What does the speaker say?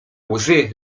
łzy